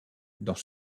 dans